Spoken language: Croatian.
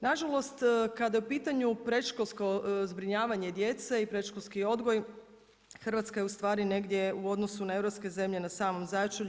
Nažalost, kada je u pitanju predškolsko zbrinjavanje djece i predškolski odgoj, Hrvatska je ustvari negdje u odnosu na europske zemlje na samom začelju.